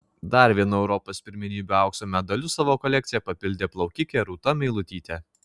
dar vienu europos pirmenybių aukso medaliu savo kolekciją papildė plaukikė rūta meilutytė